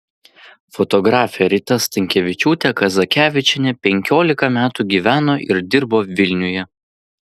fotografė rita stankevičiūtė kazakevičienė penkiolika metų gyveno ir dirbo vilniuje